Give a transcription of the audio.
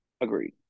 Agreed